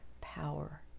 power